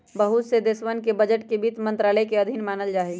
बहुत से देशवन के बजट के वित्त मन्त्रालय के अधीन मानल जाहई